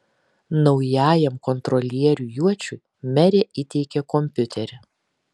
naujajam kontrolieriui juočiui merė įteikė kompiuterį